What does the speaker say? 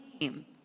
name